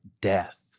death